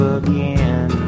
again